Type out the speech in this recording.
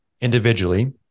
individually